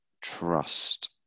trust